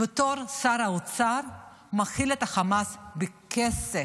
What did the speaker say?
בתור שר האוצר מאכיל את החמאס בכסף?